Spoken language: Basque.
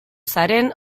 zaren